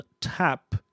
tap